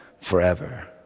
forever